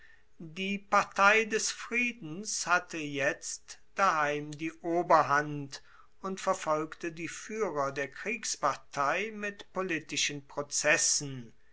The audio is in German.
die partei des friedens hatte jetzt daheim die oberhand und verfolgte die fuehrer der kriegspartei mit politischen prozessen